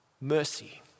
mercy